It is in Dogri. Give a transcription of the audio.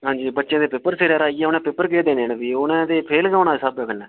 हां जी बच्चें दे पेपर सिरा पर आई गे न उ'नें पेपर कि'यां देने न फ्ही उ'नें ते फेल गैै होना ऐ इस स्हाबै कन्नै